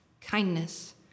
kindness